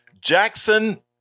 Jackson